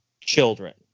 children